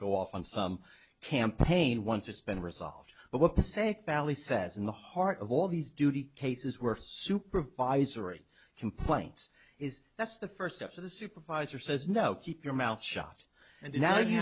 go off on some campaign once it's been resolved but what passaic valley says in the heart of all these duty cases were supervisory complaints is that's the first step to the supervisor says no keep your mouth shut and now y